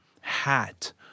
hat